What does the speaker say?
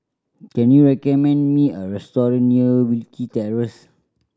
can you recommend me a restaurant near Wilkie Terrace